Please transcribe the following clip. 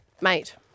mate